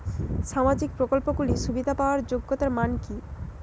সামাজিক প্রকল্পগুলি সুবিধা পাওয়ার যোগ্যতা মান কি?